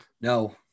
No